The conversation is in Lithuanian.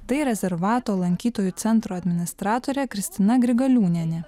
tai rezervato lankytojų centro administratorė kristina grigaliūnienė